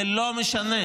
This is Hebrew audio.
זה לא משנה.